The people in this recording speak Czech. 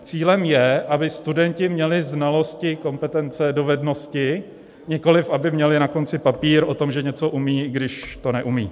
Cílem je, aby studenti měli znalosti, kompetence, dovednosti, nikoliv aby měli na konci papír o tom, že něco umí, i když to neumí.